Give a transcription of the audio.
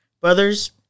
Brothers